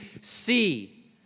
see